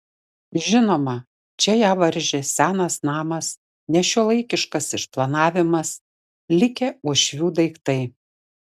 žinoma čia ją varžė senas namas nešiuolaikiškas išplanavimas likę uošvių daiktai